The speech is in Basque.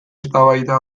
eztabaida